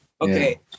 Okay